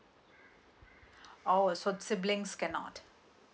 oh so siblings cannot